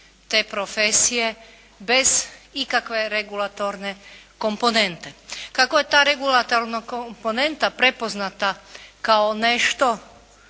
te profesije bez ikakve regulatorne komponente. Kako je ta regulatorna komponenta prepoznata kao nešto